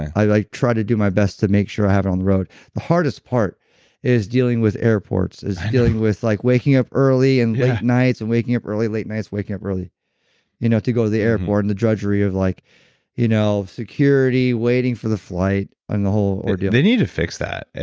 i like try to do my best to make sure i have it on the road. the hardest part is dealing with airports, is dealing with like waking up early and late nights, and waking up early, late nights, waking up early you know to go the airport and the drudgery of like you know security, waiting for the flight, and the whole ordeal they need to fix that,